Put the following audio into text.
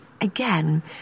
again